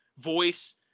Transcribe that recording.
voice